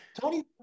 tony